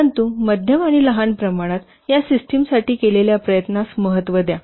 परंतु मध्यम आणि लहान प्रमाणात यं सिस्टमसाठी केलेल्या प्रयत्नास महत्त्व द्या